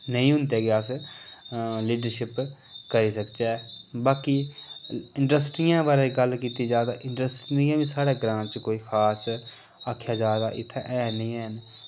नेईं होंदे के अस लीडरशिप करी सकचै बाकी इंडस्ट्रियें बारै गल्ल कीती जा तां इंडस्ट्रियां बी साढ़े ग्रां च कोई खास आखेआ जा ते इत्थै है निं ऐन